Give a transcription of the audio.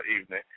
evening